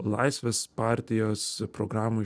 laisvės partijos programoj